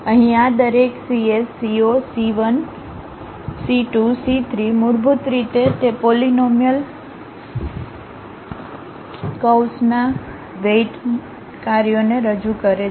અહીં આ દરેક cs c 0 c 1 c 2 c 3 મૂળભૂત રીતે તે પોલીનોમીઅલ કર્વ્સના વેઇટ કાર્યોને રજૂ કરે છે